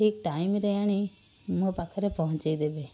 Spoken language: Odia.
ଠିକ୍ ଟାଇମ୍ ରେ ଆଣି ମୋ ପାଖରେ ପହଞ୍ଚାଇ ଦେବେ